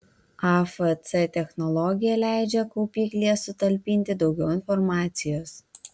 afc technologija leidžia kaupiklyje sutalpinti daugiau informacijos